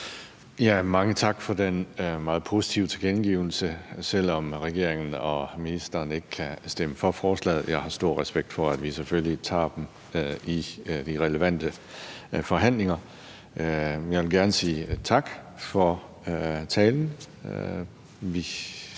Mange tak for den meget positive tilkendegivelse, selv om regeringen og ministeren ikke kan stemme for forslaget. Jeg har stor respekt for, at vi selvfølgelig tager det i de relevante forhandlinger. Jeg vil gerne sige tak for talen.